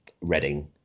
Reading